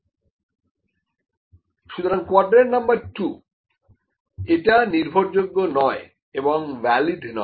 সুতরাংকোয়াড্রেন্ট number 2 এটা নির্ভরযোগ্য নয় এবং ভ্যালিড নয়